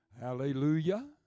Hallelujah